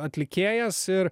atlikėjas ir